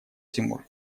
тимур